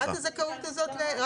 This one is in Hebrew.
רק